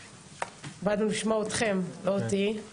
באנו לשמוע אתכם לא אותי,